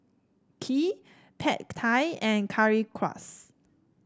Kheer Pad Thai and Currywurst